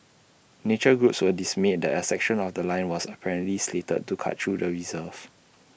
nature groups were dismayed that A section of The Line was apparently slated to cut through the reserve